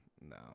no